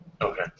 Okay